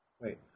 Wait